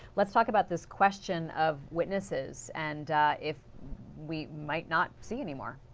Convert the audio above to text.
let's talk about this question of witnesses and if we might not see anymore.